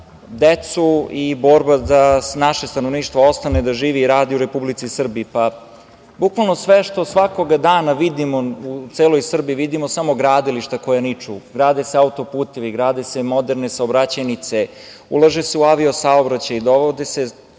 i borba da naše stanovništvo ostane da živi u Republici Srbiji. Bukvalno sve što svakog dana vidimo u celoj Srbiji vidimo samo gradilišta koja niču. Grade se auto-putevi, grade se moderne saobraćajnice, ulaže se u avio-saobraćaj, dovode se